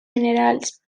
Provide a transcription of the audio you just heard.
minerals